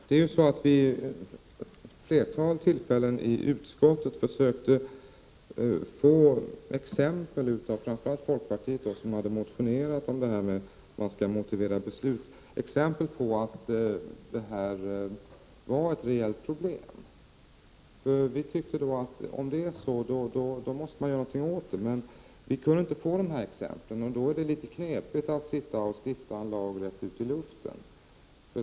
Herr talman! I utskottet försökte vi vid ett flertal tillfällen, från framför allt folkpartiet som hade motionerat, få fram exempel på att det är ett reellt problem att myndigheter inte motiverar sina beslut. Vi sade att om det är så, måste man göra någonting åt det, men vi kunde inte få fram de exemplen, och det är litet knepigt att stifta en lag rätt ut i luften.